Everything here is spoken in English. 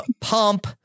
pump